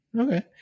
okay